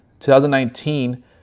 2019